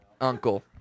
Uncle